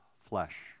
flesh